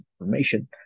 information